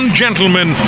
gentlemen